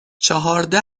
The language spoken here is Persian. چهارده